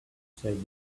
said